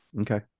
Okay